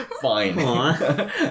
Fine